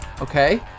okay